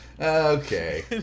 Okay